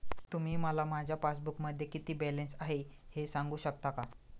तुम्ही मला माझ्या पासबूकमध्ये किती बॅलन्स आहे हे सांगू शकता का?